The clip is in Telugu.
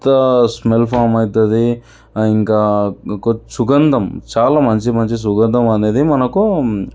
స్మెల్ ఫామ్ అవుతుంది ఇంకా కొత్త సుగంధం చాలా మంచి మంచి సుగంధం అనేది మనకు